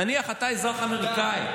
נניח שאתה אזרח אמריקאי,